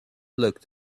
looked